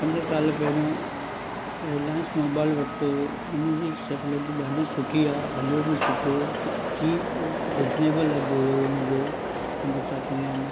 पंज साल पहिरियूं रिलाइंस मोबाइल वरितो हुओ हुनजी सेफलिटी ॾाढी सुठी आहे हलियो बि सुठो चीप रिज़नेबल लॻो हुओ हुनजो पंहिंजो छा चवंदा आहिनि